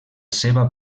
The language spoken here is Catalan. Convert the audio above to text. seva